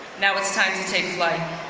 now, it's time to take flight.